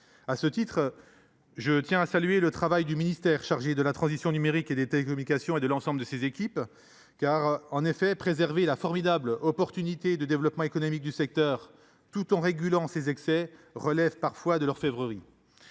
À ce titre, je tiens à saluer le travail du ministère chargé de la transition numérique et des télécommunications. En effet, préserver la formidable opportunité de développement économique du secteur, tout en régulant ses excès, relève parfois de l’orfèvrerie.